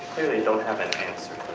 clearly don't have an answer